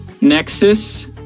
Nexus